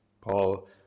Paul